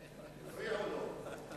מפריע לו.